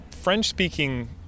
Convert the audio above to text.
French-speaking